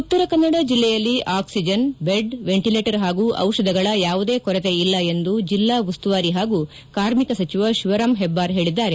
ಉತ್ತರ ಕನ್ನಡ ಜಿಲ್ಲೆಯಲ್ಲಿ oxygen bed ventilator ಹಾಗೂ ದಿಷಧಗಳ ಯಾವುದೇ ಕೊರತೆ ಇಲ್ಲ ಎಂದು ಜಿಲ್ಲಾ ಉಸ್ತುವಾರಿ ಹಾಗೂ ಕಾರ್ಮಿಕ ಸಚಿವ ಶಿವರಾಂ ಹೆಬ್ಬಾರ್ ಹೇಳಿದ್ದಾರೆ